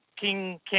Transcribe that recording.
king